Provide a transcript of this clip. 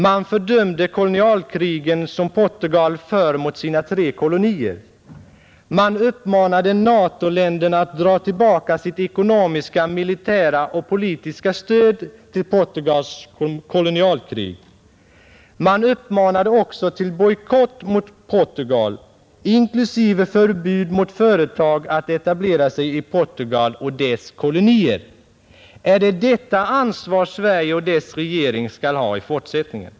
Man fördömde kolonialkrigen som Portugal för mot sina tre kolonier. Man uppmanade NATO-länderna att dra tillbaka sitt ekonomiska, militära och politiska stöd till Portugals kolonialkrig. Man uppmanade också till bojkott mot Portugal, inklusive förbud mot företag att etablera sig i Portugal och dess kolonier. Är det detta ansvar Sverige och dess regering skall ha i fortsättningen?